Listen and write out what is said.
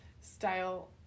style